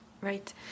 Right